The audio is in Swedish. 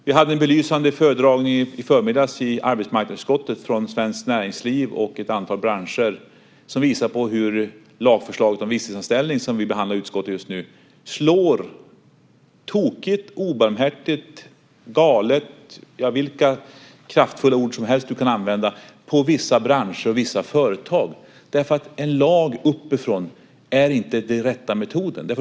Vi hade en belysande föredragning i förmiddags i arbetsmarknadsutskottet från Svenskt Näringsliv och ett antal branscher som visade hur lagförslaget om visstidsanställning, som vi behandlar i utskottet just nu, slår tokigt, obarmhärtigt, galet och vilka kraftfulla ord som helst som man kan använda mot vissa branscher och vissa företag. En lag uppifrån är inte den rätta metoden.